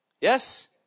Yes